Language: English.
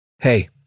Hey